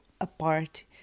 apart